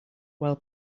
while